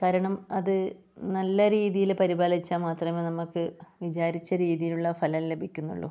കാരണം അത് നല്ല രീതിയിൽ പരിപാലിച്ചാൽ മാത്രമേ നമുക്ക് വിചാരിച്ച രീതിയിലുള്ള ഫലം ലഭിക്കുന്നുള്ളൂ